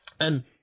and-